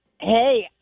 Hey